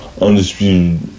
undisputed